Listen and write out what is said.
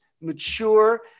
mature